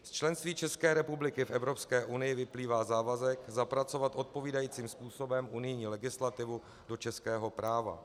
Z členství České republiky v Evropské unii vyplývá závazek zapracovat odpovídajícím způsobem unijní legislativu do českého práva.